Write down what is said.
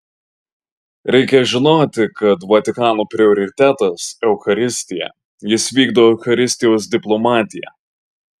reikia žinoti kad vatikano prioritetas eucharistija jis vykdo eucharistijos diplomatiją